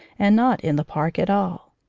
and not in the park at all.